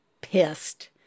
pissed